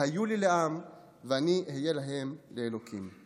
והיו לי לעם ואני אהיה להם לאלהים".